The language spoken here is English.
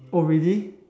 oh really